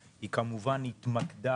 הן נושקות בערך ל-5 אבל התמונה היותר